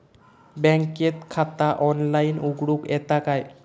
बँकेत खाता ऑनलाइन उघडूक येता काय?